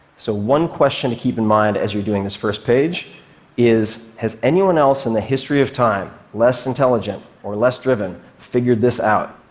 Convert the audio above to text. so one question to keep in mind as you're doing this first page is has anyone else in the history of time less intelligent or less driven figured this out?